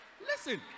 Listen